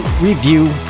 review